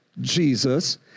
Jesus